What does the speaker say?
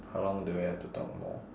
how long do we have to talk more